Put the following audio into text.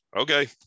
Okay